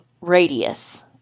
radius